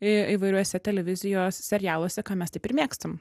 įvairiuose televizijos serialuose ką mes taip ir mėgstam